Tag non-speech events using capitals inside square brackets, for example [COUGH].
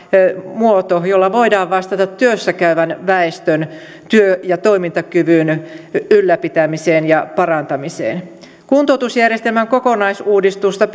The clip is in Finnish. muoto jolla voidaan vastata työssä käyvän väestön työ ja toimintakyvyn ylläpitämiseen ja parantamiseen kuntoutusjärjestelmän kokonaisuudistusta [UNINTELLIGIBLE]